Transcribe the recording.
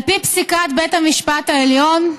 על פי פסיקת בית המשפט העליון,